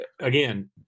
again